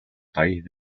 país